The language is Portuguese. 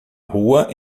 rua